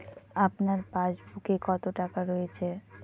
আপনার পাসবুকে কত টাকা রয়েছে?